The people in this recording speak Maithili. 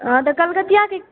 हँ तऽ कलकतिया